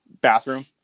bathroom